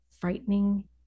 frightening